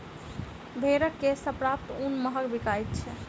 भेंड़क केश सॅ प्राप्त ऊन महग बिकाइत छै